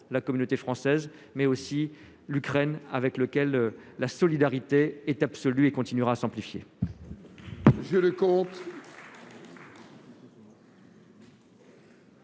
la communauté française, mais aussi l'Ukraine avec lequel la solidarité est absolue et continuera à s'amplifier.